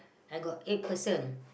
I got eight person